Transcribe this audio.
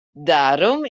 darum